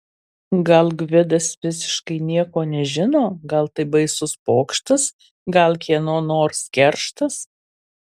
gal gvidas visiškai nieko nežino gal tai baisus pokštas gal kieno nors kerštas